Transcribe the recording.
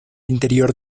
interior